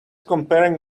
comparing